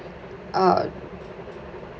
uh